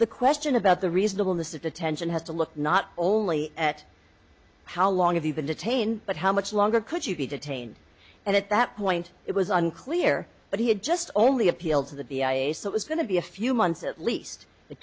the question about the reasonableness of the tension has to look not only at how long have you been detained but how much longer could you be detained at that point it was on clear but he had just only appealed to the v i i so it was going to be a few months at least it